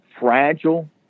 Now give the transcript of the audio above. fragile